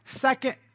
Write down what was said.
second